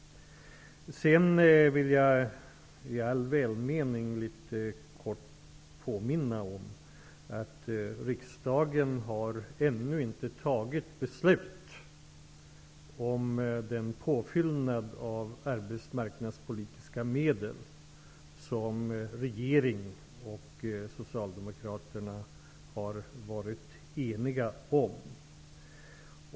Sedan vill jag i all välmening litet kort påminna om att riksdagen ännu inte har fattat beslut om den påfyllnad av arbetsmarknadspolitiska medel som regeringen och Socialdemokraterna har varit eniga om.